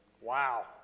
Wow